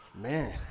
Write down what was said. Man